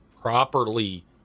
properly